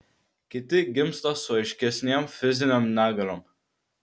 kiti gimsta su aiškesnėm fizinėm negaliom